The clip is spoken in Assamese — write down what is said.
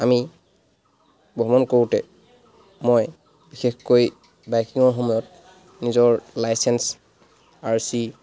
আমি ভ্ৰমণ কৰোঁতে মই বিশেষকৈ বাইকিঙৰ সময়ত নিজৰ লাইচেঞ্চ আৰ চি